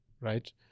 Right